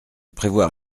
prévoir